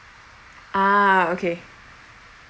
ah okay